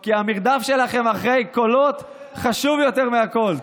כי המרדף שלכם אחרי קולות חשוב יותר מהכול.